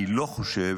אני לא חושב